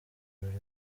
birori